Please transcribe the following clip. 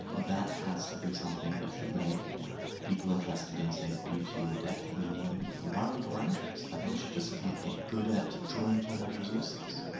that has to be something that should make people interested in say beauty or depth of meaning, worried or anxious. i think we should just kind of get good at drawing upon those resources.